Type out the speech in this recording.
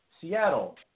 Seattle